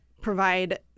provide